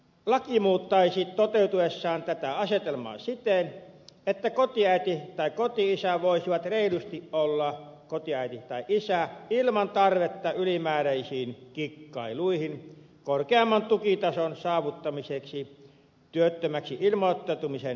laki muuttaisi toteutuessaan tätä asetelmaa siten että kotiäiti tai koti isä voisi reilusti olla kotiäiti tai isä ilman tarvetta ylimääräisiin kikkailuihin korkeamman tukitason saavuttamiseksi työttömäksi ilmoittautumisen kautta